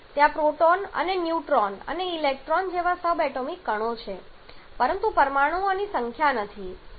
ત્યાં પ્રોટોન અને ન્યુટ્રોન અને ઈલેક્ટ્રોન જેવા સબએટોમિક કણો સાચવવામાં આવે છે પરંતુ પરમાણુઓની સંખ્યા નથી